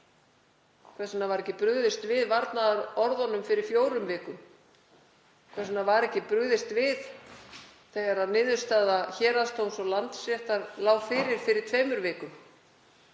Hvers vegna var ekki brugðist við varnaðarorðunum fyrir fjórum vikum? Hvers vegna var ekki brugðist við þegar niðurstaða héraðsdóms og Landsréttar lá fyrir fyrir tveimur vikum?